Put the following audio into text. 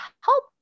help